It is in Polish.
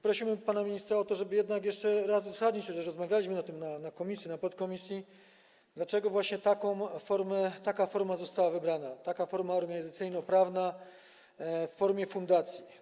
Prosimy pana ministra o to, żeby jednak jeszcze raz ustalić - już rozmawialiśmy o tym w komisji, w podkomisji - dlaczego właśnie taka forma została wybrana, taka forma organizacyjno-prawna w formie fundacji.